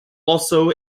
also